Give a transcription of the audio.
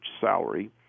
salary